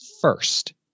first